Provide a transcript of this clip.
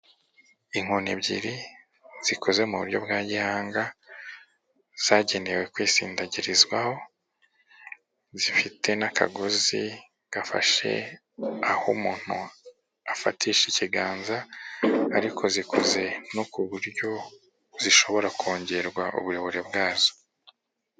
Inkoni ebyiri zikoze mu buryo bwa gihanga zagenewe kwisindagirizwaho, zifite n'akagozi gafashe aho umuntu afatisha ikiganza ariko zikoze no ku buryo zishobora kongerwa uburebure bwazo.